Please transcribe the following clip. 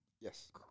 Yes